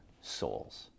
souls